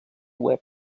web